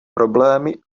problémy